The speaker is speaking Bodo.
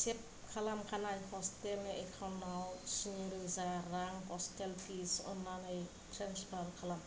सेब खालामखानाय ह'स्टेल नि एकाउन्ट आव स्निरोजा रां ह'स्टेल फिस अननानै ट्रेन्सफार खालाम